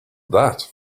that